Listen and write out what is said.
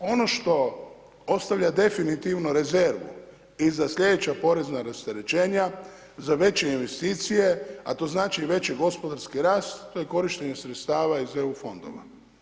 Ono što ostavlja definitivno rezervu i za sljedeća porezna rasterećenja, za veće investicije, a to znači i veći gospodarski rast, to je korištenje sredstava iz EU fondova.